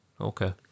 Okay